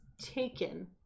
Taken